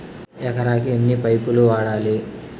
ఎకరాకి ఎన్ని పైపులు వాడాలి?